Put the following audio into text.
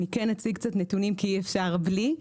אציג קצת נתונים כי אי אפשר בלי.